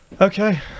okay